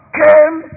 came